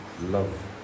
love